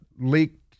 leaked